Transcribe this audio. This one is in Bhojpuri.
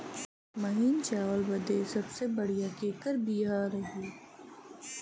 महीन चावल बदे सबसे बढ़िया केकर बिया रही?